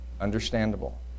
Understandable